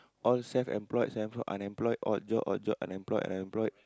all self employed self employed unemployed odd job odd job unemployed unemployed